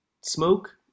smoke